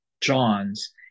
John's